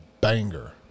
banger